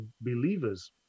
believers